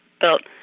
built